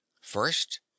first